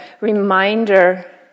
reminder